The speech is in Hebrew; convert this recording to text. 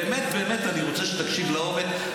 באמת באמת אני רוצה שתקשיב לעומק,